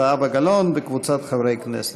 זהבה גלאון וקבוצת חברי הכנסת.